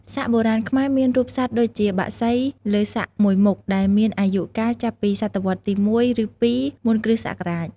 សាក់បុរាណខ្មែរមានរូបសត្វដូចជា បក្សី លើសាក់មួយមុខ ដែលមានអាយុកាលចាប់ពីសតវត្សទី ១ ឬ ២ មុនគ្រិស្តសករាជ។